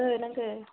नांगो